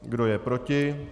Kdo je proti?